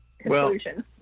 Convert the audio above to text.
conclusion